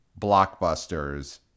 blockbusters